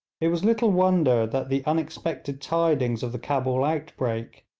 it was little wonder that the unexpected tidings of the cabul outbreak,